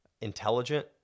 intelligent